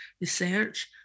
research